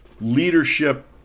leadership